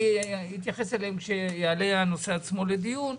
אתייחס אליהם כשיעלה הנושא עצמו לדיון.